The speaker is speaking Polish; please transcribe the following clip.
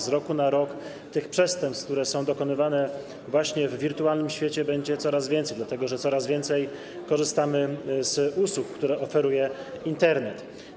Z roku na rok tych przestępstw, które są dokonywane właśnie w wirtualnym świecie, będzie coraz więcej, dlatego że coraz więcej korzystamy z usług, które oferuje Internet.